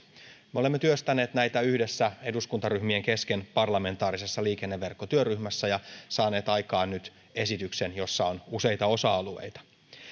me olemme työstäneet näitä yhdessä eduskuntaryhmien kesken parlamentaarisessa liikenneverkkotyöryhmässä ja saaneet aikaan nyt esityksen jossa on useita osa alueita